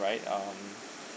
right um